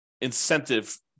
incentive